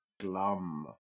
Glum